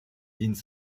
день